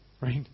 Right